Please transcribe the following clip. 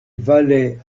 valets